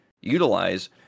utilize